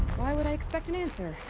why would i expect an answer?